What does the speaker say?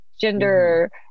gender